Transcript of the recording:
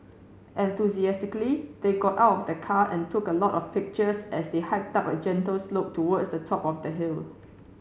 enthusiastically they got out of the car and took a lot of pictures as they hiked up a gentle slope towards the top of the hill